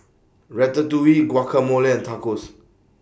Ratatouille Guacamole and Tacos